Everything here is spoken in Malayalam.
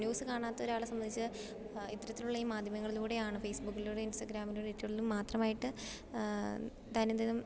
ന്യൂസ് കാണാത്തൊരാളെ സംബന്ധിച്ച് ഇത്തരത്തിലുള്ള ഈ മാധ്യമങ്ങളിലൂടെയാണ് ഫേസ്ബുക്കിലൂടെ ഇൻസ്റ്റാഗ്രാമിലൂടെ ട്വിറ്ററിലും മാത്രമായിട്ട് ദൈനംദിനം